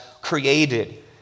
created